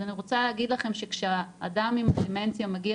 אז אני רוצה להגיד לכם שכשאדם עם דמנציה מגיע